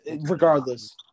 regardless